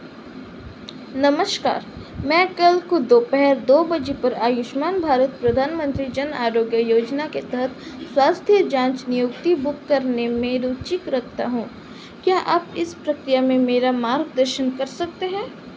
नमस्कार मैं कल को दोपहेर दो बजे पर आयुष्मान भारत प्रधानमन्त्री जन आरोग्य योजना के तहत स्वास्थ्य जाँच नियुक्ति बुक करने में रुचि रखता हूँ क्या आप इस प्रक्रिया में मेरा मार्गदर्शन कर सकते हैं